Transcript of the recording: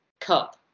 cup